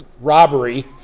robbery